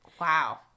Wow